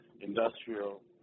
industrial